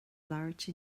labhairt